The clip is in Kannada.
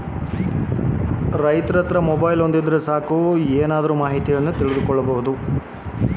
ರೈತರಿಗೆ ಏನರ ಮಾಹಿತಿ ಕೇಳೋಕೆ ಇರೋ ಮೊಬೈಲ್ ಅಪ್ಲಿಕೇಶನ್ ಗಳನ್ನು ಮತ್ತು?